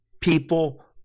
people